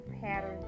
pattern